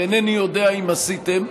ואינני יודע אם עשיתם,